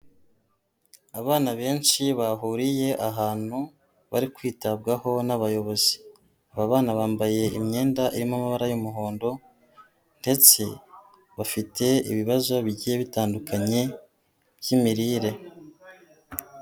Abana benshi bahuriye ahantu bari kwitabwaho n'abayobozi, aba bana bambaye imyenda irimo amabara y'umuhondo ndetse bafite ibibazo bigiye bitandukanye by'imirire.